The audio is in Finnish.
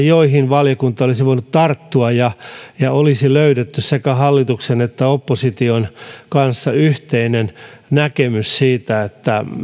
joihin valiokunta olisi voinut tarttua niin että olisi löydetty hallituksen ja opposition kesken yhteinen näkemys siitä